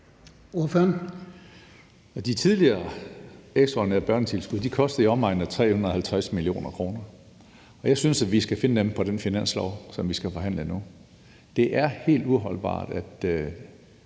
De tidligere ekstraordinære børnetilskud kostede i omegnen af 350 mio. kr. Jeg synes, vi skal finde dem på den finanslov, som vi skal forhandle om nu. Det er helt uholdbart, at